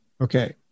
Okay